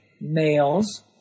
males